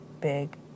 big